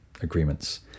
agreements